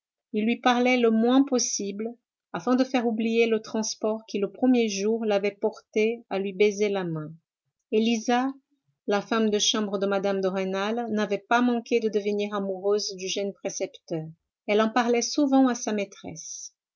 il lui parlait le moins possible afin de faire oublier le transport qui le premier jour l'avait porté à lui baiser la main élisa la femme de chambre de mme de rênal n'avait pas manqué de devenir amoureuse du jeune précepteur elle en parlait souvent à sa maîtresse